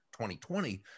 2020